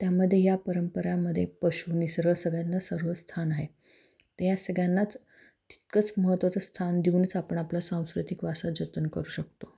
त्यामध्ये या परंपरेमध्ये पशू निसर्ग सगळ्यांना सर्व स्थान आहे या सगळ्यांनाच तितकंच महत्त्वाचं स्थान देऊनच आपण आपला सांस्कृतिक वारसा जतन करू शकतो